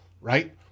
right